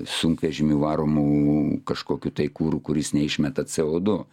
sunkvežimių varomų kažkokiu tai kuru kuris neišmeta c o du